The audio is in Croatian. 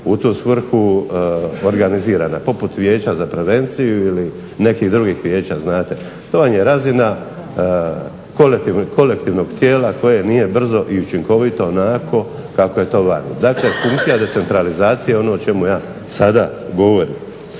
u tu svrhu organizirana, poput vijeća za prevenciju ili nekih drugih vijeća. To vam je razina kolektivnog tijela koje nije brzo i učinkovito kako je to vani. Dakle, funkcija decentralizacije je ono o čemu ja sada govorim.